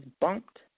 bumped